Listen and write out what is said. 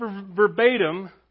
verbatim